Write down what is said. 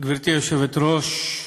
גברתי היושבת-ראש,